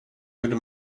gjorde